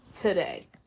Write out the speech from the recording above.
today